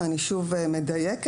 ואני שוב מדייקת,